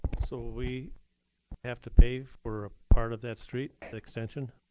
so we have to pave or a part of that street, the extension?